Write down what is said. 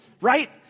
right